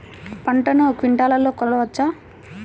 పంటను క్వింటాల్లలో కొలవచ్చా?